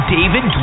David